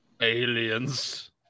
Aliens